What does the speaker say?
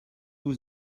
vous